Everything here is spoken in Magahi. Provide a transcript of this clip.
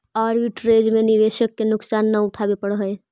आर्बिट्रेज में निवेशक के नुकसान न उठावे पड़ऽ है